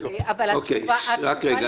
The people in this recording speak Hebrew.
אבל התשובה לשאלת יעקב שפירא היא --- רק רגע.